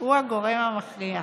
הוא הגורם המכריע,